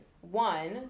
one